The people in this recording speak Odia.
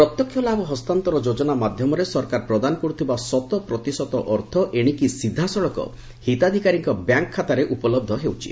ପ୍ରତ୍ୟକ୍ଷ ଲାଭ ହସ୍ତାନ୍ତର ଯୋଜନା ମାଧ୍ୟମରେ ସରକାର ପ୍ରଦାନ କରୁଥିବା ଶତପ୍ରତିଶତ ଅର୍ଥ ଏଣିକି ସିଧାସଳଖ ହିତାଧିକାରୀଙ୍କ ବ୍ୟାଙ୍କ୍ ଖାତାରେ ଉପଲବ୍ଧ ହେଉଛି